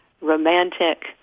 romantic